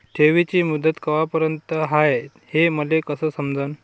ठेवीची मुदत कवापर्यंत हाय हे मले कस समजन?